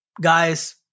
guys